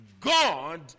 God